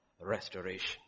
restoration